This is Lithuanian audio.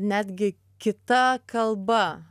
netgi kita kalba